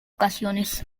ocasiones